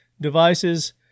devices